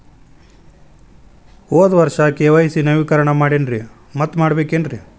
ಹೋದ ವರ್ಷ ಕೆ.ವೈ.ಸಿ ನವೇಕರಣ ಮಾಡೇನ್ರಿ ಮತ್ತ ಮಾಡ್ಬೇಕೇನ್ರಿ?